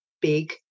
big